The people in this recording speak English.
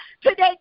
Today